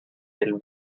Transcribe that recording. del